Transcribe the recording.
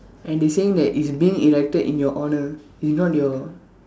and they saying that it's being erected in your honour it's not your